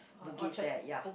Bugis there ya